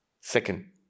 Second